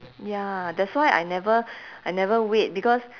ya that's why I never I never wait because